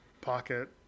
pocket